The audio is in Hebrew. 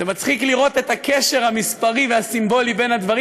זה מצחיק לראות את הקשר המספרי והסימבולי בין הדברים.